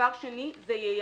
דבר שני זה ייקר.